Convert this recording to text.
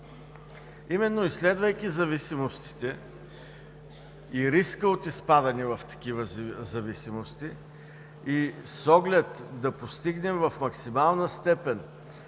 Именно, изследвайки зависимостите, риска от изпадане в такива зависимости и с оглед да постигнем в максимална степен